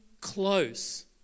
close